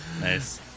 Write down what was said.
Nice